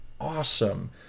awesome